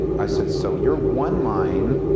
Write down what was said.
i said so your one mine,